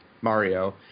Mario